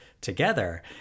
together